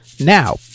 Now